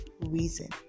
reason